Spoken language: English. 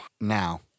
Now